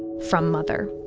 from mother